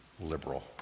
liberal